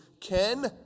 ken